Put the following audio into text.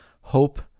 hope